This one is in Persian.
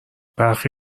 برخی